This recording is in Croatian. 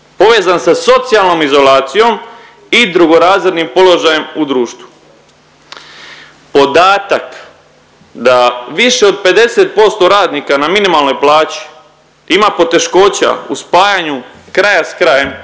Povezan sa socijalnom izolacijom i drugorazrednim položajem u društvu. Podatak da više od 50% radnika na minimalnoj plaći ima poteškoća u spajanju kraja s krajem,